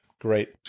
Great